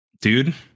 Dude